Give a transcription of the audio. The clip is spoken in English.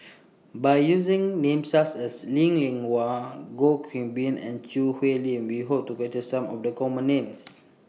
By using Names such as Lee Li Lian Goh Qiu Bin and Choo Hwee Lim We Hope to capture Some of The Common Names